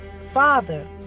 father